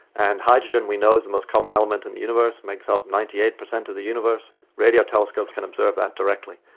and hydrogen we know is the most common element in the universe, it makes up ninety eight percent of the universe. radio telescopes can observe that directly.